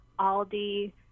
Aldi